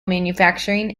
manufacturing